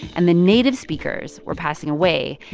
and the native speakers were passing away,